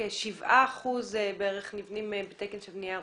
כשבעה אחוזים בערך נבנים בתקן של בנייה ירוקה.